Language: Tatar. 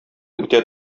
үтә